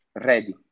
ready